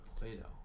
Play-Doh